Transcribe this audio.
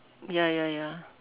ya ya ya